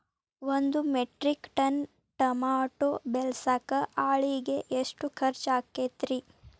ಒಂದು metric ton tomato ಬೆಳಸಾಕ್ ಆಳಿಗೆ ಎಷ್ಟು ಖರ್ಚ್ ಆಕ್ಕೇತ್ರಿ?